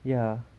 ya